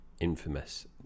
infamous